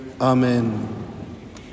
Amen